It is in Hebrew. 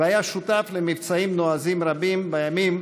והיה שותף למבצעים נועזים רבים בימים